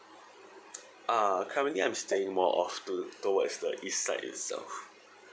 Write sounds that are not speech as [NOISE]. [NOISE] uh currently I'm staying more of to towards the east side itself